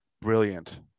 Brilliant